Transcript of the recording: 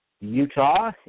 Utah